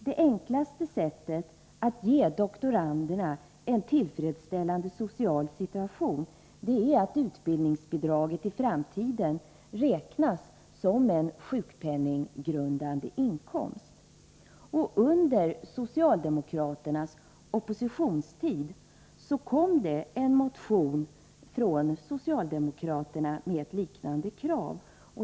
Det enklaste sättet att ge doktoranderna en tillfredsställande social situation är att utbildningsbidraget i framtiden räknas som sjukpenninggrundande inkomst. Under socialdemokraternas oppositionstid väcktes en motion från socialdemokraterna med liknande krav.